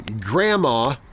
grandma